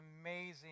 amazing